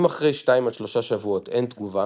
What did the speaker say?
אם אחרי 2-3 שבועות אין תגובה